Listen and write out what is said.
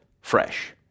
fresh